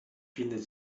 findet